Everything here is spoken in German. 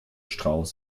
strauß